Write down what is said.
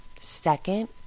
Second